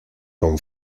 con